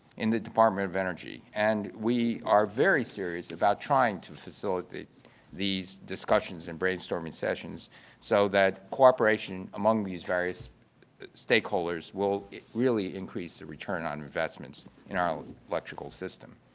in the department of energy, and we are very serious about trying to facilitate these discussions and brainstorming sessions so that cooperation among these various stakeholders will really increase the return on investments in our electrical system.